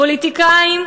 פוליטיקאים,